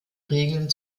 regeln